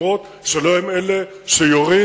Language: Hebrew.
גם אם לא הם אלה שיורים.